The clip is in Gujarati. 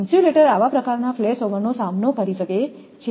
ઇન્સ્યુલેટર આવા પ્રકારના ફ્લેશઓવરનો સામનો કરી શકે છે